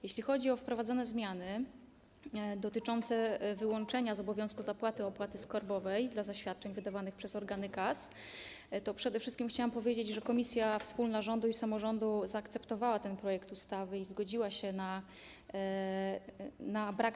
Jeśli chodzi o wprowadzone zmiany dotyczące wyłączenia z obowiązku zapłaty opłaty skarbowej dla zaświadczeń wydawanych przez organy KAS, to przede wszystkim chciałam powiedzieć, że komisja wspólna rządu i samorządu zaakceptowała projekt ustawy i zgodziła się na brak opłaty.